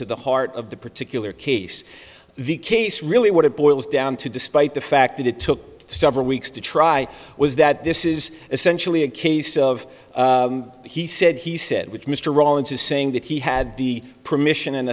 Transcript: to the heart of the particular case the case really what it boils down to despite the fact that it took several weeks to try was that this is essentially a case of he said he said which mr rollins is saying that he had the permission and